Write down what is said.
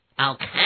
Okay